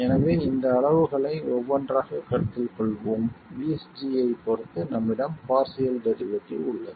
எனவே இந்த அளவுகளை ஒவ்வொன்றாகக் கருத்தில் கொள்வோம் VSG ஐப் பொறுத்து நம்மிடம் பார்சியல் டெரிவேட்டிவ் உள்ளது